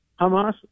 hamas